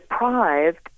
deprived